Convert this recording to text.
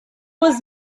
was